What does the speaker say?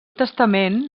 testament